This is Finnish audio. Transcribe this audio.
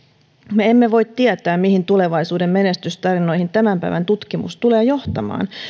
me emme voi tietää mihin tulevaisuuden menestystarinoihin tämän päivän tutkimus tulee johtamaan